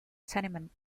tenement